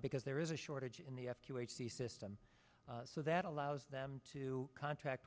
because there is a shortage in the system so that allows them to contract